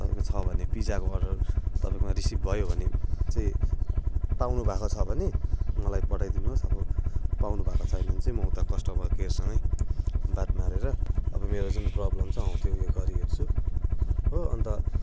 तपाईँको छ भने पिजाको अडर तपाईँकोमा रिसिभ भयो भने चाहिँ पाउनु भएको छ भने मलाई पठाइदिनु होस् अब पाउनु भएको छैन भने चाहिँ म उता कस्टमरकेयरसँगै बात मारेर अब मेरो जुन प्रब्लम छ हौ त्यो उयो गरी हेर्छु हो अन्त